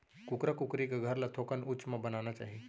कुकरा कुकरी के घर ल थोकन उच्च म बनाना चाही